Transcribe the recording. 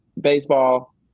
Baseball